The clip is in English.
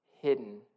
hidden